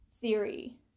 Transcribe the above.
theory